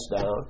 down